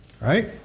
right